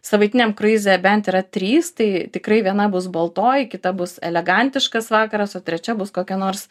savaitiniam kruize bent yra trys tai tikrai viena bus baltoji kita bus elegantiškas vakaras o trečia bus kokia nors